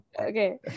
okay